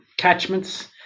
catchments